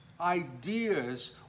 ideas